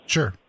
Sure